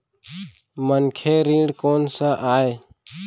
मनखे ऋण कोन स आय?